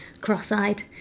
cross-eyed